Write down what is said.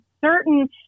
certain